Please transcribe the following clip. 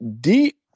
deep